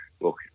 look